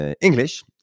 English